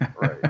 Right